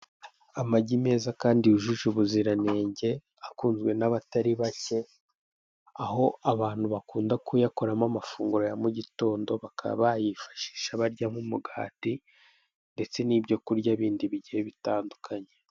Amagi meza kandi yujuje ubuziranenge akunzwe ntabatari bake aho abantu bakunda kuyakoramo amafunguro ya mu gitondo bakaba bayifashisha barya nk'umugati ndetse nibyo kurya bindi bigiye bitandukanye.